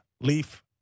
Leaf